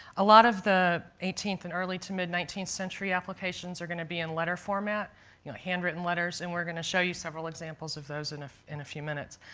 a lot of the eighteenth and early to mid nineteenth century applications are going to be in letter format you know handwritten letters and we're going to show you several examples of those in in a few minutes.